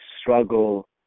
struggle